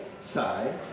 side